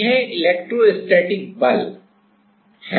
यह इलेक्ट्रोस्टैटिक बल है